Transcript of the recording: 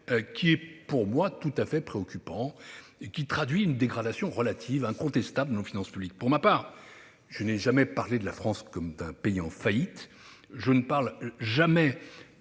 -est, selon moi, tout à fait préoccupant et traduit une dégradation relative de nos finances publiques. Pour ma part, je n'ai jamais parlé de la France comme d'un pays en faillite. Je ne parle jamais